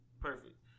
perfect